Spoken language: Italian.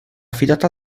affidata